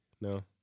No